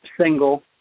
single